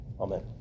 Amen